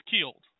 killed